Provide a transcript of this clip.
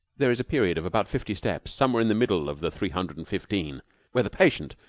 there is a period of about fifty steps somewhere in the middle of the three hundred and fifteen where the patient,